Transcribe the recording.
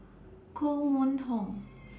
Koh Mun Hong